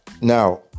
now